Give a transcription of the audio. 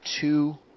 two